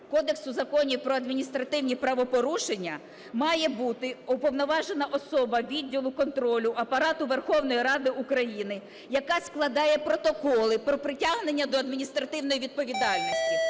Кодексу законів про адміністративні правопорушення має бути уповноважена особа відділу контролю Апарату Верховної Ради України, яка складає протоколи про притягнення до адміністративної відповідальності.